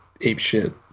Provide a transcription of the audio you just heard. apeshit